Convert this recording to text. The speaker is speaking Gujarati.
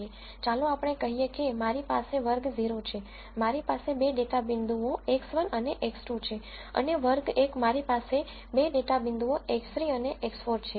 ચાલો આપણે કહીએ કે મારી પાસે વર્ગ 0 છે મારી પાસે 2 ડેટા પોઇન્ટસ X1 અને X2 છે અને વર્ગ 1 મારી પાસે 2 ડેટા પોઇન્ટસ X3 અને X4 છે